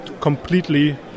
completely